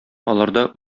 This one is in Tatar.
аларда